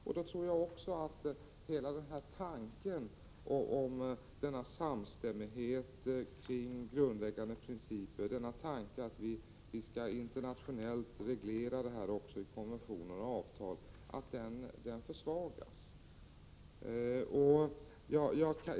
Jag tror också att hela denna tanke om samstämmighet om grundläggande principer, som vi internationellt kan reglera i konventioner och avtal, då försvagas.